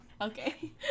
Okay